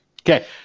Okay